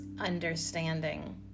understanding